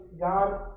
God